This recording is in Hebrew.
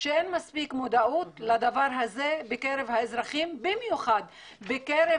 אין מספיק מודעות לדבר הזה בקרב האזרחים ובמיוחד בקרב